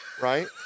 right